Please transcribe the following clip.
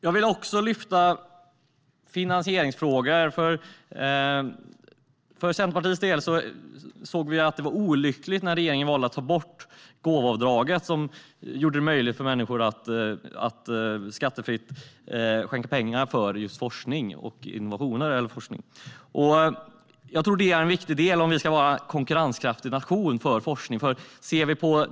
Jag vill också lyfta fram finansieringsfrågor. För Centerpartiets del anser vi att det var olyckligt att regeringen valde att ta bort gåvoavdraget, som gjorde det möjligt för människor att skattefritt skänka pengar till just forskning och innovationer. Jag tror att det är en viktig del om vi ska vara en konkurrenskraftig nation för forskning.